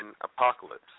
Apocalypse